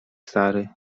stary